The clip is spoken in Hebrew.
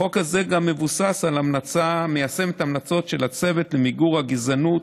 החוק הזה גם מיישם את ההמלצות של הצוות למיגור הגזענות,